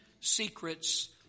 secrets